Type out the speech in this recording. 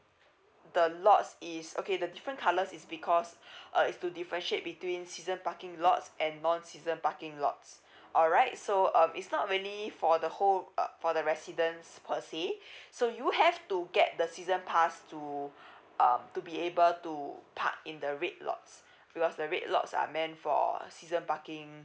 the lots is okay the different colours is because uh is to differentiate between season parking lots and non season parking lots alright so um it's not really for the whole uh for the residents per se so you have to get the season pass to um to be able to park in the red lots because the red lots are main for season parking